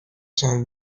cent